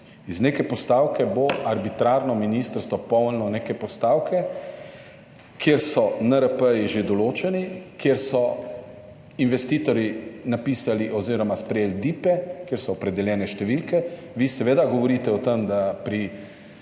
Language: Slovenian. Z neke postavke bo arbitrarno ministrstvo polnilo neke postavke, kjer so NRP-ji že določeni, kjer so investitorji napisali oziroma sprejeli DIIP-e, kjer so opredeljene številke. Vi seveda govorite o tem, da bo